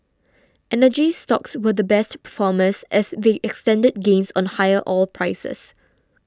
energy stocks were the best performers as they extended gains on higher oil prices